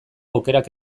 aukerak